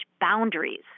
boundaries